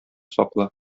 сакла